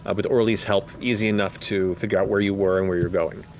ah with orly's help, easy enough to figure out where you were and where you're going.